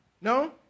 no